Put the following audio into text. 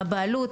מהבעלות,